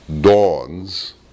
dawns